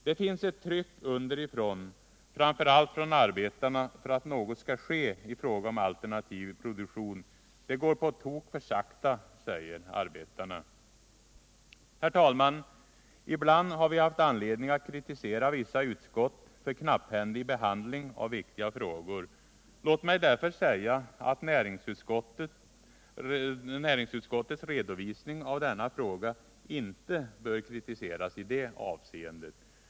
Det finns ett tryck underifrån, framför allt från arbetarna, för att något skall ske i fråga om alternativ produktion. Det går på tok för sakta, säger arbetarna. Herr talman! Ibland har vi haft anledning att kritisera vissa utskott för knapphändig behandling av viktiga frågor. Låt mig därför säga att näringsutskottets redovisning av denna fråga inte bör kritiseras i det avseendet.